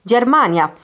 Germania